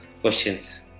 questions